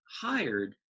hired